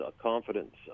confidence